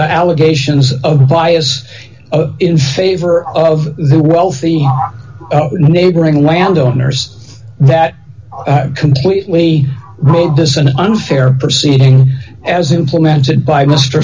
ample allegations of bias in favor of the wealthy neighboring landowners that completely ruled this an unfair proceeding as implemented by mr